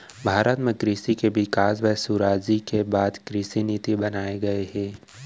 भारत म कृसि के बिकास बर सुराजी के बाद कृसि नीति बनाए गये हे